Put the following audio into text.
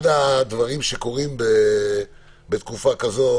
אחד הדברים שקורים בתקופה כזאת